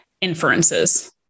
inferences